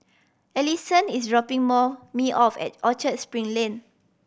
Alison is dropping me off at Orchard Spring Lane